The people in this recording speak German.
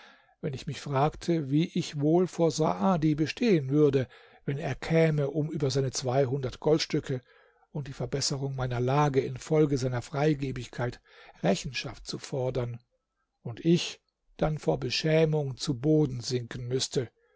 wenn ich mich fragte wie ich wohl vor saadi bestehen würde wenn er käme um über seine zweihundert goldstücke und die verbesserung meiner lage infolge seiner freigebigkeit rechenschaft zu fordern und ich dann vor beschämung zu boden sinken müßte